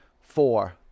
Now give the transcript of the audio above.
four